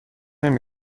نمی